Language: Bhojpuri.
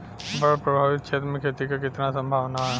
बाढ़ प्रभावित क्षेत्र में खेती क कितना सम्भावना हैं?